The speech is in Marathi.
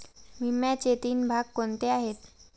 विम्याचे तीन भाग कोणते आहेत?